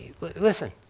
listen